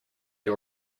you